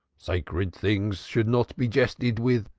sacred things should not be jested with,